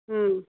ହୁଁ